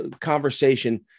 conversation